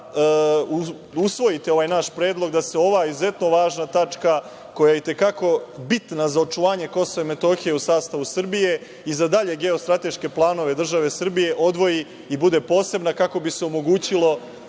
usvojite ovaj naš predlog da se ova izuzetno važna tačaka, koja je i te kako bitna za očuvanje Kosova i Metohije u sastavu Srbije, i za dalje geostrateške planove države Srbije odvoji i bude posebna, kako bi se omogućilo